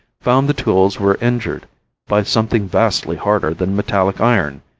found the tools were injured by something vastly harder than metallic iron,